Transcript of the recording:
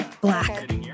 black